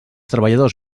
treballadors